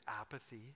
apathy